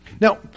Now